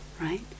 right